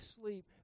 sleep